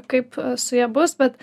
kaip su ja bus bet